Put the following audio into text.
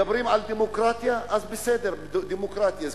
מדברים על דמוקרטיה, אז בסדר, דמוקרטיה.